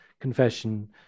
confession